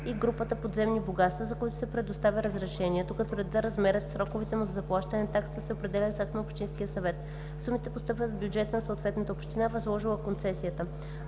и групата подземни богатства, за които се предоставя разрешението, като редът, размерът и сроковете за заплащане на таксата се определят с акт на Общинския съвет. Сумите постъпват в бюджета на съответната община, възложила концесията.